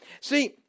See